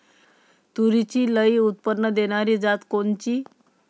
तूरीची लई उत्पन्न देणारी जात कोनची?